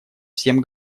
всем